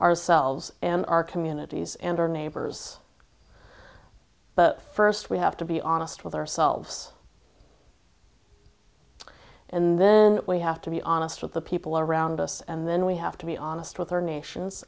ourselves and our communities and our neighbors but first we have to be honest with ourselves and then we have to be honest with the people around us and then we have to be honest with their nations